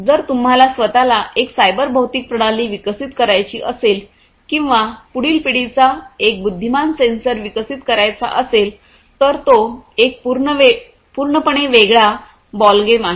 जर तुम्हाला स्वतला एक सायबर भौतिक प्रणाली विकसित करायची असेल किंवा पुढील पिढीचा एक बुद्धिमान सेन्सर विकसित करायचा असेल तर तो एक पूर्णपणे वेगळा बॉलगेम आहे